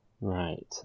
Right